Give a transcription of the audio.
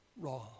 wrong